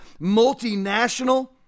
multinational